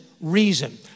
reason